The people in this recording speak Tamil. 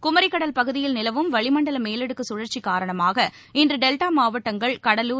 கும்ரி கடல் பகுதியில் நிலவும் வளிமண்டலமேலடுக்குசுழற்சிகாரணமாக இன்றடெல்டாமாவட்டங்கள் கடலூர்